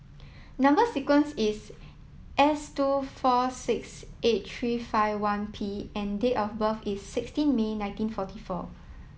number sequence is S two four six eight three five one P and date of birth is sixteen May nineteen forty four